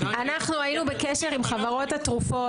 שגם אם --- היינו בקשר עם חברות התרופות